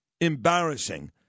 embarrassing